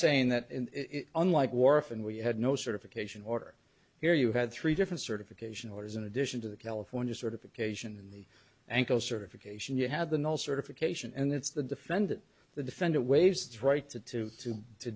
saying that in unlike wharf and we had no certification order here you had three different certification or is in addition to the california certification in the ankle certification you have the no certification and that's the defendant the defendant waives right to to to to